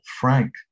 frank